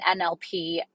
NLP